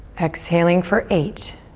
exhaling for eight,